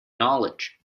knowledge